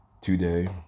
today